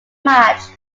match